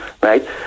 right